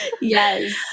Yes